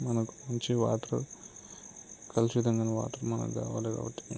మనకి మంచి వాటర్ కలుషితం కాని వాటర్ మనకి కావాలి కాబట్టి